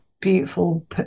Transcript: beautiful